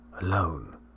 Alone